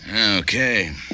Okay